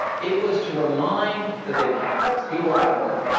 it was to remind the big capitalists, people like morgan,